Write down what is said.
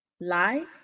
Lie